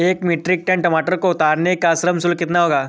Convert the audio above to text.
एक metric tonne टमाटर को उतारने का श्रम शुल्क कितना होगा?